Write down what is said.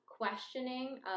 questioning